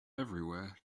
everywhere